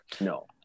No